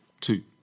two